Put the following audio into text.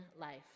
life